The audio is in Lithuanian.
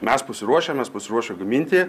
mes pasiruošę mes pasiruošę gaminti